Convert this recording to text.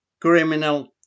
criminal